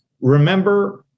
Remember